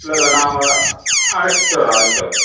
இல்லை இல்லை நான் அவங்களை அழைச்சுட்டு வரேன் அழைச்சுட்டு வரேன்